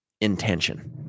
intention